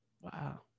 Wow